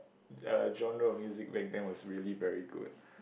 uh genre of music back then was really very good